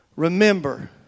Remember